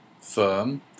firm